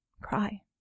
Cry